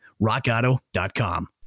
rockauto.com